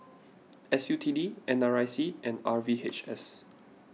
S U T D N R I C and R V H S